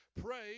Pray